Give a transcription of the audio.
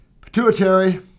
Pituitary